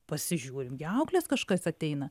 pasižiūrim gi auklės kažkas ateina